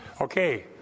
Okay